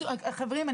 חברים,